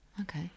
Okay